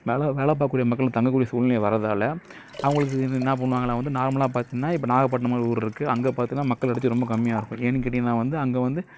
வேலை வேலை பார்க்கூடிய மக்கள் அங்கே தங்க கூடிய சூழ்நிலை வரதால அவங்களுக்கு என்ன பண்ணுவாங்கனால் வந்து நார்மலாக பார்த்தோனா இப்போ நாகப்பட்டினம் மாதிரி ஒரு ஊர் இருக்குது அங்கே பார்த்தோனா மக்கள் அடர்த்தி ரொம்ப கம்மியாக இருக்குது ஏன்னு கேட்டிங்கன்னால் வந்து அங்கே வந்து